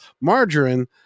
margarine